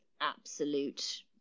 absolute